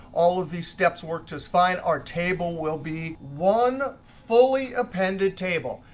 all of these steps work just fine. our table will be one fully appended table.